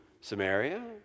Samaria